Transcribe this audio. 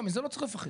גם מזה לא צריך לפחד.